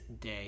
day